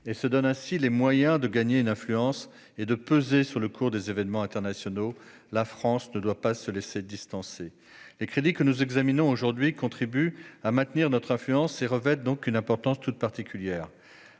et se donnent ainsi les moyens de gagner en influence et de peser sur le cours des événements internationaux. La France ne doit pas se laisser distancer. Les crédits que nous examinons contribuent à maintenir notre influence et revêtent donc une importance toute particulière.